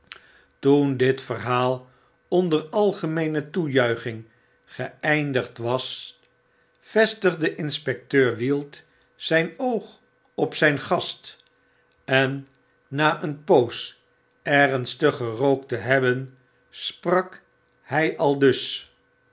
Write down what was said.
toen dit verhaal onder algemeene toejuiching geeindigd was vestigde inspecteur wield zyn oog op zijn gast en na een poos ernstig gerookt te hebben sprak hy aldus